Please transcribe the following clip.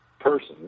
person